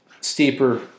steeper